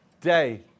day